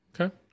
Okay